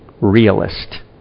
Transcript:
realist